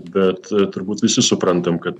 bet turbūt visi suprantam kad